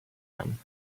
them